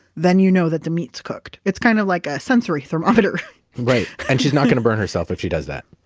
then you know that the meat's cooked. it's kind of like a sensory thermometer right, and she's not going to burn herself if she does that?